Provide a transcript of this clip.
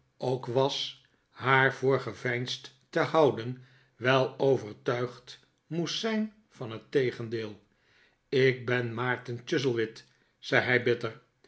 ook was haar voor geveinsd te houden wel overtuigd moest zijn van het tegendeel ik ben maarten chuzzlewit zei hij bitter